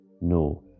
No